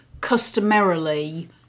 Customarily